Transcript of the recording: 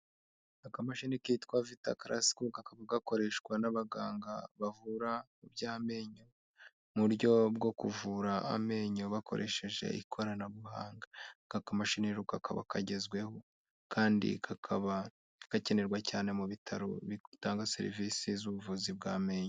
Akamashini kitwa vita calasiko kakaba gakoreshwa n'abaganga bavura iby'amenyo, mu buryo bwo kuvura amenyo bakoresheje ikoranabuhanga, aka kamashini kakaba kagezweho kandi kakaba gakenerwa cyane mu bitaro bitanga serivisi z'ubuvuzi bw'amenyo.